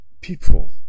people